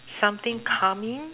something calming